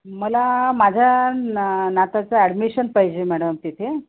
मला माझ्या ना नाताचं ॲडमिशन पाहिजे मॅडम तिथे